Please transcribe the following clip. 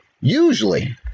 Usually